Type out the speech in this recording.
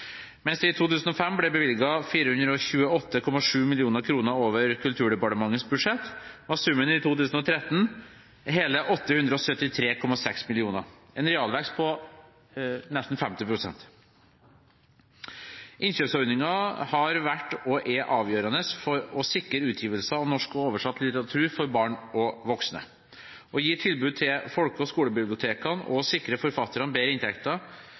Mens det i 2005 ble bevilget 428,7 mill. kr over Kulturdepartementets budsjett, var summen i 2013 hele 873,6 mill. kr, en realvekst på nesten 50 pst. Innkjøpsordningen har vært og er avgjørende for å sikre utgivelse av norsk og oversatt litteratur for barn og voksne, gi tilbud gjennom folke- og skolebibliotekene og sikre forfatterne bedre inntekter.